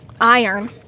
iron